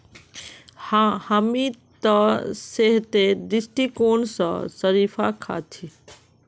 हामी त सेहतेर दृष्टिकोण स शरीफा खा छि